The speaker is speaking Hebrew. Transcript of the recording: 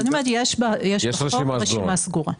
יש בחוק רשימה סגורה.